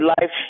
life